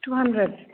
तु hundred